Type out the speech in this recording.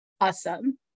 Awesome